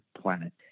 planet